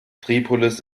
tripolis